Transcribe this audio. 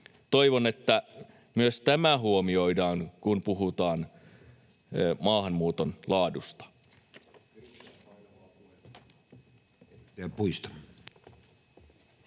Toivon, että myös tämä huomioidaan, kun puhutaan maahanmuuton laadusta.